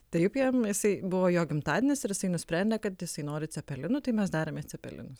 taip jam jisai buvo jo gimtadienis ir jisai nusprendė kad jisai nori cepelinų tai mes darėm cepelinus